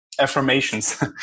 affirmations